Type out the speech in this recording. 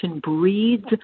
breeds